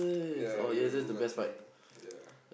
ya we went go-karting ya